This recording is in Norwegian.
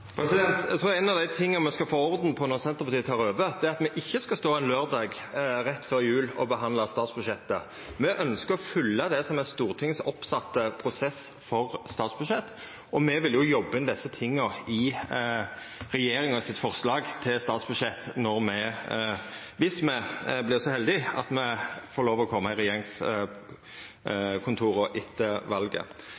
Eg trur ein av dei tinga me skal få orden på når Senterpartiet tek over, er at me ikkje skal stå ein laurdag rett før jul og behandla statsbudsjettet. Me ønskjer å følgja det som er Stortingets oppsette prosess for statsbudsjett, og me vil jobba inn desse tinga i regjeringa sitt forslag til statsbudsjett viss med vert så heldige at me for lov å koma i